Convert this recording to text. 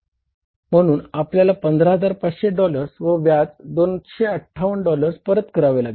म्हणून आपल्याला 15500 डॉलर्स व व्याज 258 डॉलर्स परत करावे लागेल